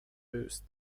boost